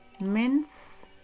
mince